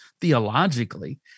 theologically